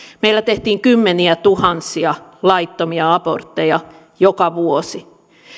meillä tehtiin kymmeniätuhansia laittomia abortteja joka vuosi